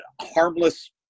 harmless